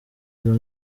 izo